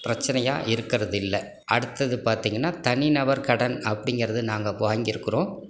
பிரச்சினையாக இருக்கிறது இல்லை அடுத்தது பார்த்தீங்கன்னா தனிநபர் கடன் அப்படிங்கறது நாங்கள் வாங்கியிருக்கிறோம்